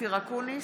אופיר אקוניס,